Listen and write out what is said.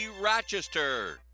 Rochester